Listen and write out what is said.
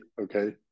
okay